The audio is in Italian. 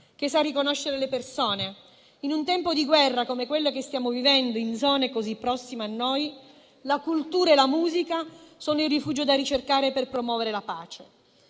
che sa riconoscere le persone. In un tempo di guerra come quello che stiamo vivendo in zone così prossime a noi la cultura e la musica sono il rifugio da ricercare per promuovere la pace.